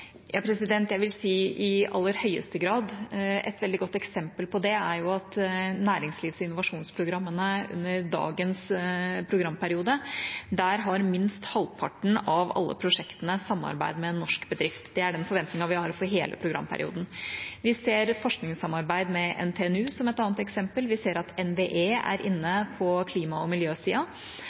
Jeg vil si i aller høyeste grad. Et veldig godt eksempel på det er at i næringslivs- og innovasjonsprogrammene under dagens programperiode har minst halvparten av alle prosjektene samarbeid med en norsk bedrift. Det er den forventningen vi har for hele programperioden. Vi ser forskningssamarbeid med NTNU som et annet eksempel. Vi ser at NVE er inne på klima- og